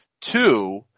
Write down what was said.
Two